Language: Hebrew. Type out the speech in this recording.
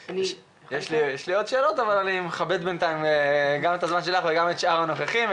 יש לי עוד שאלות אבל אני מכבד את הזמן שלך ושל שאר הנוכחים,